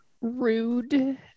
rude